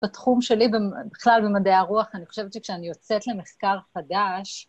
בתחום שלי, בכלל במדעי הרוח, אני חושבת שכשאני יוצאת למחקר חדש...